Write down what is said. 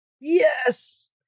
yes